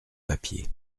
papiers